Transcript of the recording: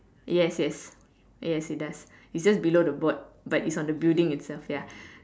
yes yes yes it does it's just below the board but it's on the building itself ya